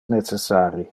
necessari